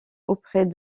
auprès